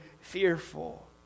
fearful